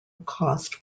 cost